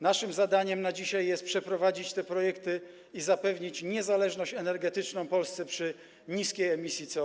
Naszym zadaniem na dzisiaj jest przeprowadzić te projekty i zapewnić niezależność energetyczną Polsce przy niskiej emisji CO2.